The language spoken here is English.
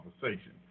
conversation